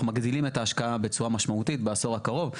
מגדילים את ההשקעה בצורה משמעותית בעשור הקרוב.